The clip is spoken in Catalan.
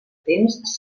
temps